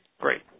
Great